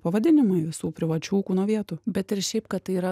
pavadinimai visų privačių kūno vietų bet ir šiaip kad yra